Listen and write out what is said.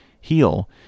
heal